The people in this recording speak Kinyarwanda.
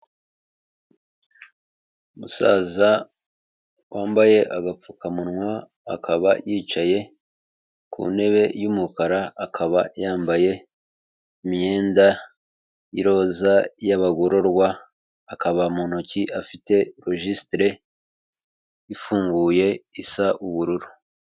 Umusaza wambaye agapfukamunwa, akaba yicaye ku ntebe y'umukara, akaba yambaye imyenda y'iroza y'abagororwa, akaba mu ntoki afite rojisitire ifunguye isa ubururu.